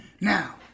Now